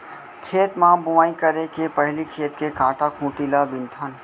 खेत म बोंवई करे के पहिली खेत के कांटा खूंटी ल बिनथन